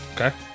Okay